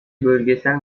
bölgesel